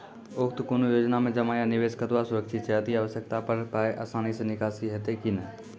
उक्त कुनू योजना मे जमा या निवेश कतवा सुरक्षित छै? अति आवश्यकता पर पाय आसानी सॅ निकासी हेतै की नै?